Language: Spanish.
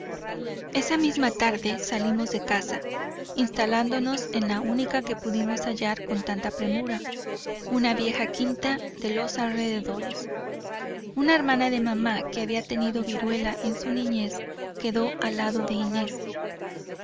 esa misma tarde salimos de casa instalándonos en la única que pudimos hallar con tanta premura una vieja quinta de los alrededores una hermana de mamá que había tenido viruela en su niñez quedó al lado de inés